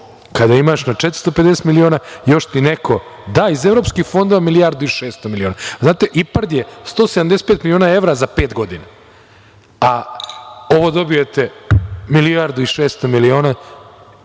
kada imaš 450 miliona, još ti neko da iz evropskih fondova milijardu i šesto miliona. Znate, IPARD je 175 miliona evra za pet godina, a ovo dobijete milijardu i 600 miliona,